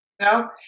No